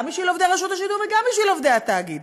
גם בשביל עובדי רשות השידור וגם בשביל עובדי התאגיד.